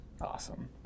awesome